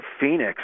phoenix